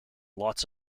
lots